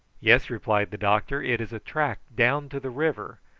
yes, replied the doctor, it is a track down to the river,